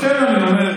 לכן אני אומר,